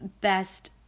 best